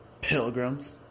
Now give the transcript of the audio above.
Pilgrims